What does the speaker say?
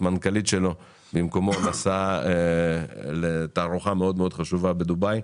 המנכ"לית שלו במקומו נסעה לתערוכה מאוד חשובה בדובאי,